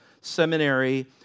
Seminary